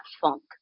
funk